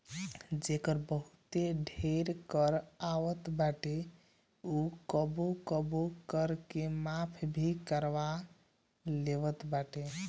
जेकर बहुते ढेर कर आवत बाटे उ कबो कबो कर के माफ़ भी करवा लेवत बाटे